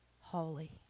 holy